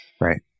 Right